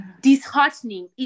disheartening